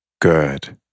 Good